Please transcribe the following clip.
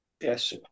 Yes